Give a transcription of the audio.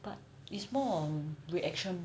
but it's more on reaction